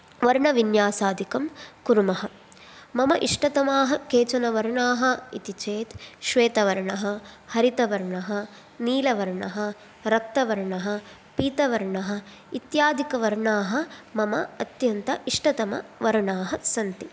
वर्णविन्यासादिकं कुर्मः मम इष्टतमाः केचन वर्णाः इति चेत् श्वेतवर्णः हरितवर्णः नीलवर्णः रक्तवर्णः पीतवर्णः इत्यादिकवर्णाः मम अत्यन्त इष्टतमवर्णाः सन्ति